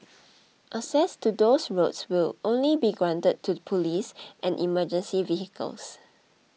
access to those roads will only be granted to police and emergency vehicles